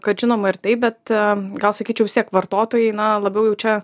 kad žinoma ir taip bet gal sakyčiau vis tiek vartotojai na labiau jau čia